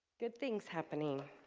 good things happening